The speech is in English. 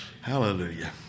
Hallelujah